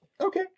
Okay